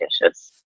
dishes